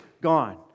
gone